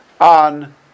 on